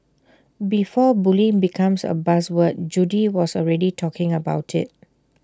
before bullying becomes A buzz word Judy was already talking about IT